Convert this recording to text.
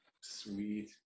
Sweet